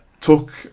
took